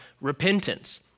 repentance